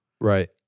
Right